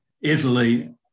Italy